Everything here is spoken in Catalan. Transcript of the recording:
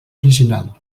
original